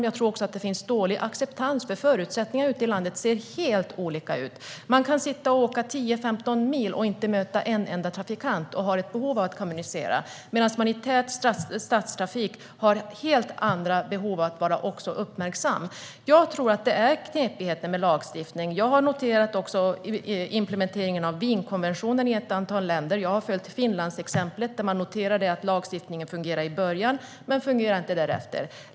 Jag tror också att det finns dålig acceptans, då förutsättningarna ute i landet ser helt olika ut. Man kan köra 10-15 mil utan att möta en enda trafikant och därför ha behov av att kommunicera, medan man i tät stadstrafik har helt andra behov av att vara uppmärksam. Jag tror att det är knepigheter med lagstiftningen. Jag har noterat implementeringen av Wienkonventionen i ett antal länder. Jag har följt Finlands exempel, där man noterade att lagstiftningen fungerade i början men därefter inte fungerade.